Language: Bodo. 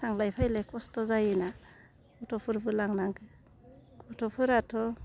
थांलाय फैलाय खस्थ' जायोना गथ'फोरबो लांनांगौ गथ'फोराथ'